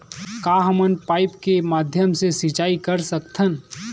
का हमन पाइप के माध्यम से सिंचाई कर सकथन?